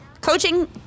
coaching